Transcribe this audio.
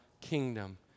kingdom